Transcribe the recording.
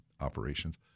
operations